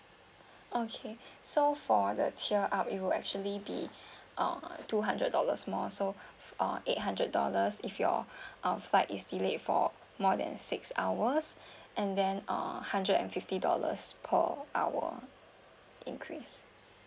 okay so for the tier up it will actually be uh two hundred dollars more so uh eight hundred dollars if your uh flight is delayed for more than six hours and then uh hundred and fifty dollars per hour increase